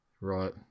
Right